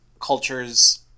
culture's